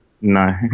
No